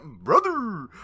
brother